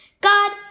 God